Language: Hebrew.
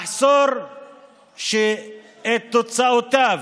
מחסור שאת תוצאותיו